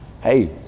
hey